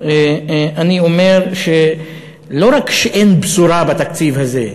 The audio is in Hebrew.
אני אומר שלא רק שאין בשורה בתקציב הזה,